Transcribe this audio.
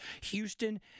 Houston